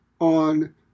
on